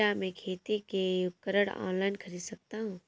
क्या मैं खेती के उपकरण ऑनलाइन खरीद सकता हूँ?